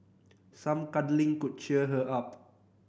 some cuddling could cheer her up